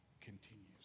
continues